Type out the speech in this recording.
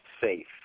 safe